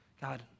God